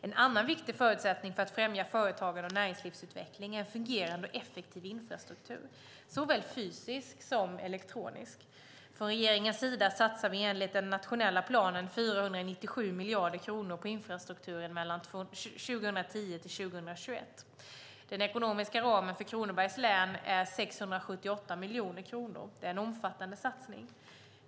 En annan viktig förutsättning för att främja företagande och näringslivsutveckling är en fungerande och effektiv infrastruktur, såväl fysisk som elektronisk. Från regeringens sida satsar vi enligt den nationella planen 497 miljarder kronor på infrastrukturen mellan 2010 och 2021. Den ekonomiska ramen för Kronobergs län är 678 miljoner kronor. Det är en omfattande satsning!